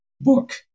book